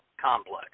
complex